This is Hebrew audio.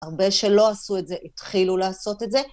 הרבה שלא עשו את זה התחילו לעשות את זה.